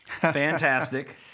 Fantastic